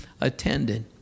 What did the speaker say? attended